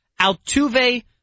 Altuve